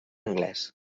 anglès